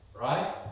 Right